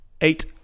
eight